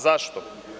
Zašto?